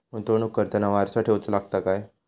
गुंतवणूक करताना वारसा ठेवचो लागता काय?